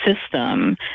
system